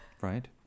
right